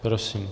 Prosím.